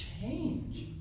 change